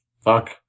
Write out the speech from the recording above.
Fuck